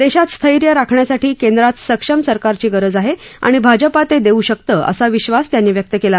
देशात स्थैर्य राखण्यासाठी केंद्रात सक्षम सरकारची गरज आहे आणि भाजपा ते देऊ शकतं असा विश्वास त्यांनी व्यक्त केला